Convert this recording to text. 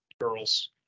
girls